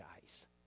guys